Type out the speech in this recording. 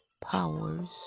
Powers